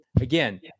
Again